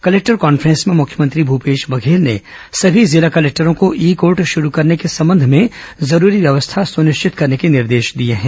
collector conference में मुख्यमंत्री भूपेश बघेल ने सभी जिला कलेक्टरों को ई कोर्ट शुरू करने के संबंध में जरूरी व्यवस्था सुनिश्चित करने के निर्देश दिए हैं